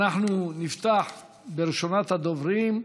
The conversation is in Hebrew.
אנחנו נפתח בראשונת הדוברים,